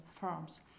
firms